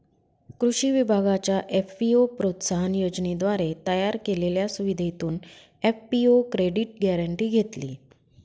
कृषी विभागाच्या एफ.पी.ओ प्रोत्साहन योजनेद्वारे तयार केलेल्या सुविधेतून एफ.पी.ओ क्रेडिट गॅरेंटी घेतली